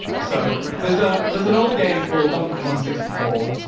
so there's ah there's an old game called donkey kong sixty four.